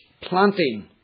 Planting